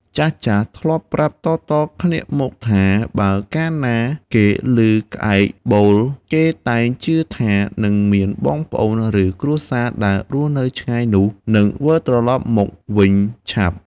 ចាស់ៗធ្លាប់ប្រាប់តៗគ្នាមកថា បើកាលណាគេឮក្អែកបូល គេតែងជឿថា នឹងមានបងប្អូន ឬគ្រួសារដែលរស់នៅឆ្ងាយនោះ និងវិលត្រឡប់មកវិញឆាប់។